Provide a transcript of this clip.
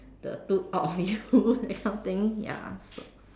the two uh uh you know that kind of thing ya so